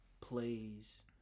plays